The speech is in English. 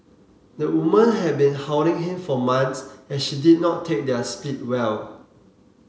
the woman had been hounding him for months as she did not take their split well